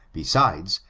besides,